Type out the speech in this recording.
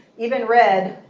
even red,